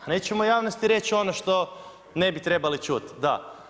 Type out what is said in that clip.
A nećemo javnosti reći ono što ne bi trebali čuti, da.